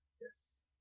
Yes